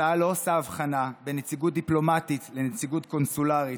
ההצעה לא עושה הבחנה בין נציגות דיפלומטית לנציגות קונסולרית,